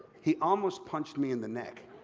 he almost punched me in the neck,